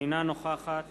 אינה נוכחת